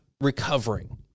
recovering